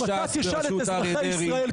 אם אתה תשאל את אזרחי ישראל,